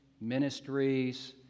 ministries